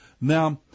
Now